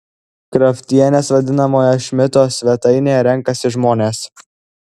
kraftienės vadinamoje šmito svetainėje renkasi žmonės